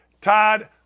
Todd